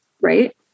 right